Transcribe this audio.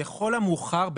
לכל המאוחר,